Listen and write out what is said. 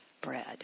bread